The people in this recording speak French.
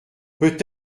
peut